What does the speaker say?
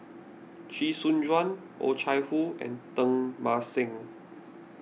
Chee Soon Juan Oh Chai Hoo and Teng Mah Seng